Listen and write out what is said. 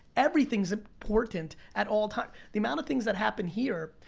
everything is important at all times. the amount of things that happen here.